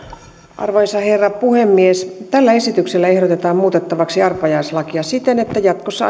arvoisa herra puhemies tällä esityksellä ehdotetaan muutettavaksi arpajaislakia siten että jatkossa